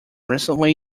recently